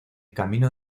camino